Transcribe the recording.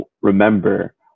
remember